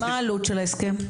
מה העלות של ההסכם?